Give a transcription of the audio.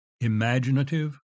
imaginative